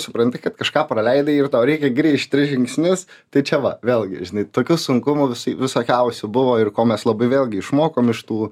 supranti kad kažką praleidai ir tau reikia grįžt tris žingsnius tai čia va vėlgi žinai tokių sunkumų visokiausių buvo ir ko mes labai vėlgi išmokom iš tų